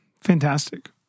Fantastic